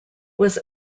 was